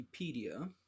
Wikipedia